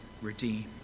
redeem